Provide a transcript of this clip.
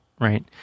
right